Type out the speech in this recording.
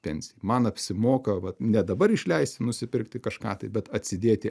pensijai man apsimoka vat ne dabar išleisti nusipirkti kažką tai bet atsidėti